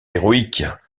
héroïque